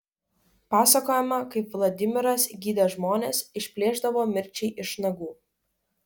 pasakojama kaip vladimiras gydė žmones išplėšdavo mirčiai iš nagų